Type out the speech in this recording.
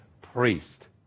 priest